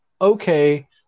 okay